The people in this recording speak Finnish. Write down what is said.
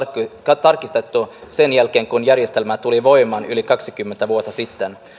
ole tarkistettu sen jälkeen kun järjestelmä tuli voimaan yli kaksikymmentä vuotta sitten